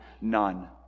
none